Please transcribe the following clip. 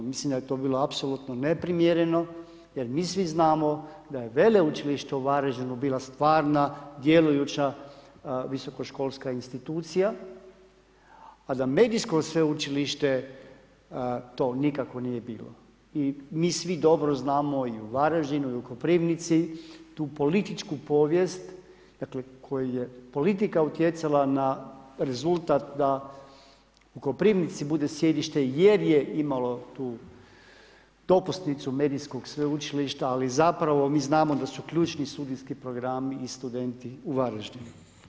Mislim da je to bilo apsolutno neprimjereno jer mi svi znamo da je veleučilište u Varaždinu bila stvarna, djelujuća visokoškolska institucija, a da medijsko sveučilište to nikako nije bilo i mi svi dobro znamo i u Varaždinu i u Koprivnici tu političku povijest, dakle, koje je politika utjecala na rezultat da u Koprivnici bude sjedište jer je imalo tu dopusnicu medijskog sveučilišta, ali zapravo mi znamo da su ključni studijski programi i studenti u Varaždinu.